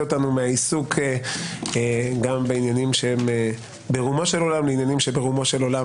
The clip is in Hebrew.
אותנו מעיסוק בעניינים שברומו של עולם